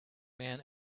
man